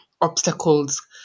obstacles